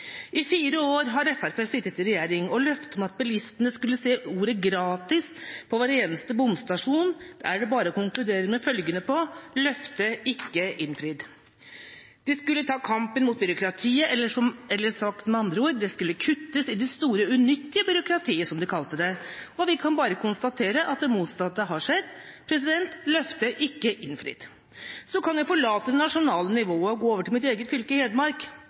I fire år har Fremskrittspartiet sittet i regjering, og når det gjelder løftet om at bilistene skulle se ordet «gratis» på hver eneste bomstasjon, er det bare å konkludere med følgende: løftet ikke innfridd. De skulle ta kampen mot byråkratiet, eller, sagt med andre ord, det skulle kuttes i det store, unyttige byråkratiet, som de kalte det, og vi kan bare konstatere at det motsatte har skjedd: løftet ikke innfridd. Så kan jeg forlate det nasjonale nivået og gå over til mitt eget fylke, Hedmark.